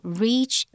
reach